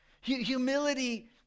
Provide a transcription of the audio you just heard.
Humility